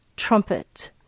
Trumpet